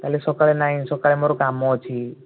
କାଲି ସକାଳେ ନାହିଁ ସକାଳେ ମୋର କାମ ଅଛି